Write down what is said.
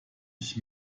ich